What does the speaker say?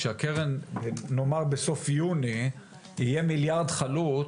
כשהקרן נאמר בסוף יוני תהיה מיליארד חלוט,